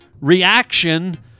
reaction